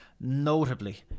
notably